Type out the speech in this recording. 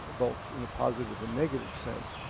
both in a positive and negative sense,